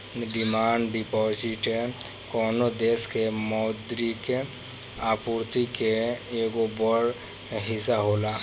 demand deposit कवनो देश के मौद्रिक आपूर्ति के एगो बड़ हिस्सा होला